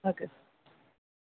okay